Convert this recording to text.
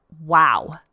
wow